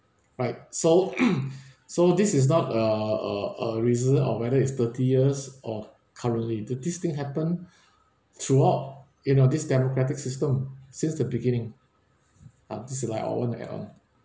right so so this is not uh uh a reason or whether is thirty years or currently the this thing happen throughout you know this democratic system since the beginning um just to highlight on what I want to add on